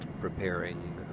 preparing